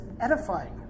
edifying